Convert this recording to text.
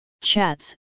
chats